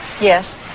Yes